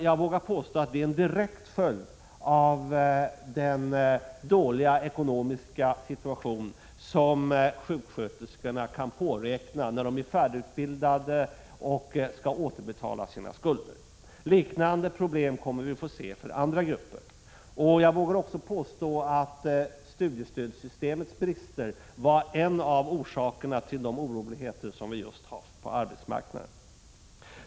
Jag vågar påstå att det är en direkt följd av den dåliga ekonomiska situation som sjuksköterskorna kan påräkna när de är färdigutbildade och skall återbetala sina skulder. Liknande problem kommer vi att få se för andra grupper. Jag vågar också påstå att studiestödssystemets brister var en av orsakerna till de oroligheter som vi just har haft på arbetsmarknaden.